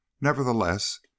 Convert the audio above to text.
NEVERTHELESS